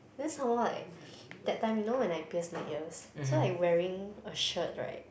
then some more like that time you know when I pierce my ears so like wearing a shirt right